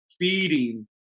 feeding